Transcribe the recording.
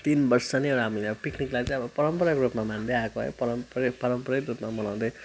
तिन वर्ष नै एउटा हामीले अब पिक्निकलाई चाहिँ अब परम्पराको रूपमा मान्दै आएको है परम परि पारम्परिक रूपमा मनाउँदै